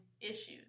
issues